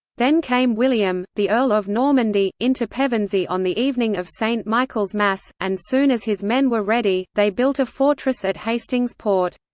then came william, the earl of normandy, into pevensey on the evening of st michael's mass, and soon as his men were ready, they built a fortress at hasting's port.